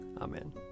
Amen